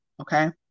okay